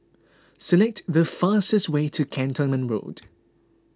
select the fastest way to Cantonment Road